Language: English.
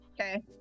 okay